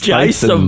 Jason